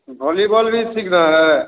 volleyball भी सीखना है